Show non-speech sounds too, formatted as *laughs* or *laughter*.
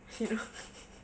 you know *laughs*